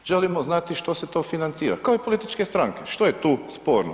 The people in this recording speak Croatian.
Želimo znati što se to financira, kao i političke stranke, što je tu sporno.